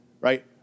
right